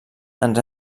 ens